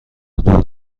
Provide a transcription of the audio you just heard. دور